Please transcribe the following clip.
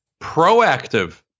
proactive